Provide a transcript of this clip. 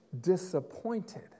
disappointed